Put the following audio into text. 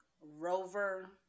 Rover